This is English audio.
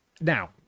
Now